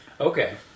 Okay